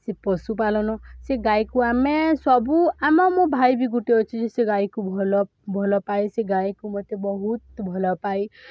ସେ ପଶୁପାଳନ ସେ ଗାଈକୁ ଆମେ ସବୁ ଆମ ମୋ ଭାଇ ବି ଗୋଟେ ଅଛି ଯେ ସେ ଗାଈକୁ ଭଲ ଭଲ ପାଏ ସେ ଗାଈକୁ ମୋତେ ବହୁତ ଭଲ ପାଏ